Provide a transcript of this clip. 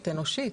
אנושית,